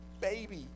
baby